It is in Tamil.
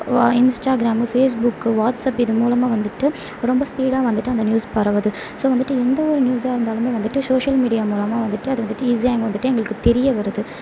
வா இன்ஸ்டாகிராம் ஃபேஸ்புக்கு வாட்ஸப்பு இது மூலமாக வந்துவிட்டு ரொம்ப ஸ்பீடாக வந்துவிட்டு அந்த நியூஸ் பரவுது ஸோ வந்துவிட்டு எந்த ஒரு நியூஸாக இருந்தாலுமே வந்துவிட்டு சோஷியல் மீடியா மூலமாக வந்துவிட்டு அது வந்துவிட்டு ஈஸியாக இங்கே வந்துவிட்டு எங்களுக்கு தெரிய வருது